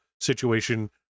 situation